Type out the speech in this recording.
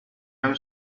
i’m